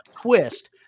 twist